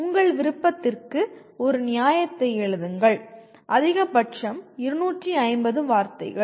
உங்கள் விருப்பத்திற்கு ஒரு நியாயத்தை எழுதுங்கள் அதிகபட்சம் 250 வார்த்தைகள்